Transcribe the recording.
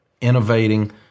innovating